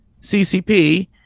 ccp